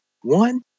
One